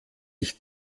ich